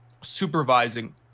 supervising